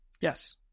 Yes